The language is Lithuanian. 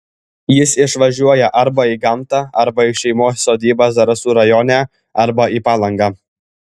jis išvažiuoja arba į gamtą arba į šeimos sodybą zarasų rajone arba į palangą